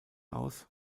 aus